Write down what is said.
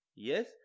Yes